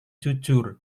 jujur